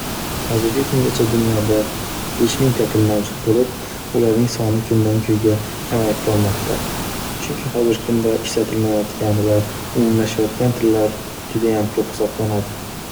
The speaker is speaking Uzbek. Hozirgi kungacha dunyoda besh mingta til mavjud bo'lib, ularning sonidan-kunga kamayib bormoqda, chunki hozirgi kunda ishlatilmayotgan va umumlashayotgan tillar judayam ko'p hisoblanadi.